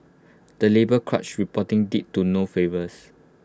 the labour crunch reporting did to no favours